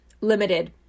limited